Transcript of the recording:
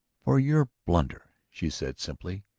for your blunder, she said simply.